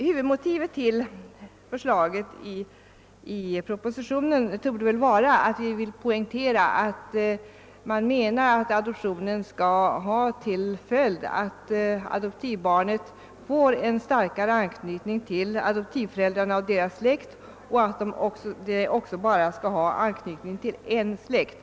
Huvudmotivet för förslaget i propositionen torde vara att man vill poängtera att adoptionen skall ha till följd att adoptivbarnet får en starkare anknytning till adoptivföräldrarna och deras släkt och att det skall ha anknytning till bara en släkt.